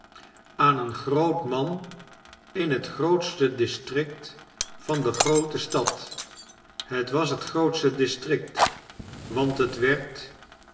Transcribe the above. aan een groot man in het grootste district van de groote stad het was het grootste district want het werd